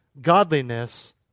godliness